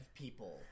people